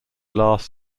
last